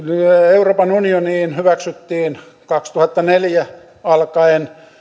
euroopan unioniin hyväksyttiin kaksituhattaneljä alkaen